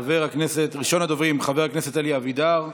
ראשון הדוברים, חבר הכנסת אלי אבידר.